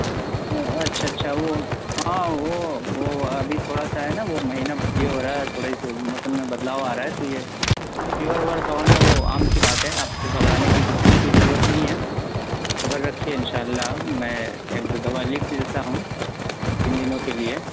اچھا اچھا وہ ہاں وہ وہ ابھی تھوڑا سا ہے نہ وہ مہینہ یہ ہو رہا ہے تھوڑے سے موسم میں بدلاؤ آ رہا ہے تو یہ فیور ویور کا ہونا وہ عام سی بات ہے آپ کو گھبرانے کی بالکل بھی ضرورت نہیں ہے صبر رکھیے ان شاء اللہ میں ایک دو دوا لکھ دیتا ہوں تین دنوں کے لیے